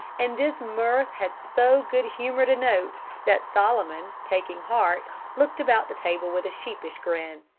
and this mirth had so good-humored a note that solomon, taking heart, looked about the table with a sheepish grin.